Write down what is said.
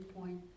point